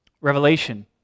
Revelation